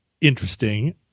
interesting